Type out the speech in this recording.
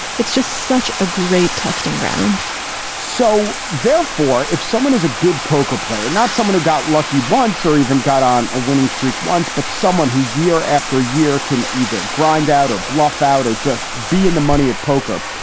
it's just such a great testing ground so therefore, if someone is a good poker player, not someone who got lucky once or even got on a winning streak once, but someone who year after year can either grind out or bluff out or just be in the money at poker.